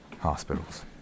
Hospitals